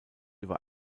über